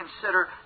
consider